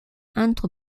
entre